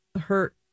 hurt